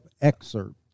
excerpt